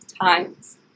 times